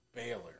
Baylor